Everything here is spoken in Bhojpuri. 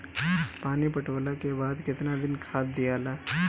पानी पटवला के बाद केतना दिन खाद दियाला?